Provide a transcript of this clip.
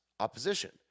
Opposition